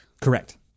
Correct